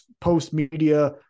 post-media